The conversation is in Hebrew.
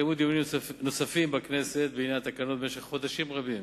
התקיימו דיונים נוספים בכנסת בעניין התקנות במשך חודשים רבים,